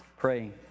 praying